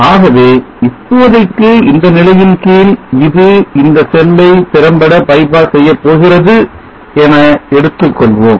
ஆகவே இப்போதைக்கு இந்த நிலையின் கீழ் இது இந்த செல்லை திறம்பட by pass செய்யப் போகிறது என எடுத்துக்கொள்வோம்